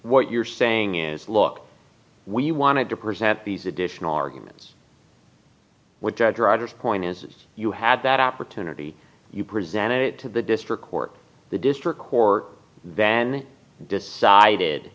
what you're saying is look we wanted to present these additional arguments which point is you had that opportunity you presented it to the district court the district court then decided